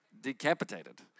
decapitated